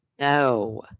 No